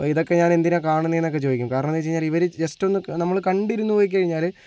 അപ്പോൾ ഇതൊക്കെ ഞാൻ എന്തിനാ കാണുന്നത് എന്നൊക്കെ ചോദിക്കും കാരണം എന്ന് വച്ച് കഴിഞ്ഞാൽ ഇവര് ജസ്റ്റ് ഒന്ന് നമ്മൾ കണ്ടിരുന്നു പോയിക്കഴിഞ്ഞാല്